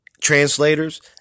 translators